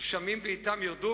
גשמים בעתם ירדו,